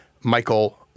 Michael